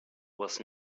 was